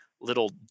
little